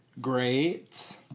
Great